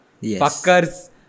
Yes